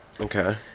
Okay